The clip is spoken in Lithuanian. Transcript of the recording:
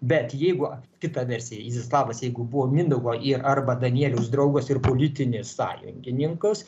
bet jeigu kita versija iziaslavas jeigu buvo mindaugo ir arba danielius draugas ir politinis sąjungininkas